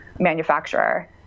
manufacturer